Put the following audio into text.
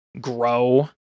grow